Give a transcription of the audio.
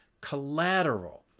collateral